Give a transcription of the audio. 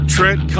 Trent